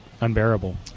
unbearable